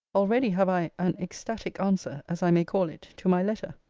already have i an ecstatic answer, as i may call it, to my letter.